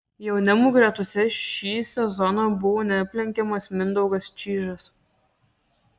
jaunimo gretose šį sezoną buvo neaplenkiamas mindaugas čyžas